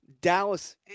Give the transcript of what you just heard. Dallas